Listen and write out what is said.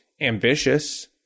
ambitious